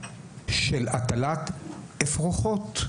של הטלת אפרוחות,